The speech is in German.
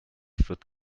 wird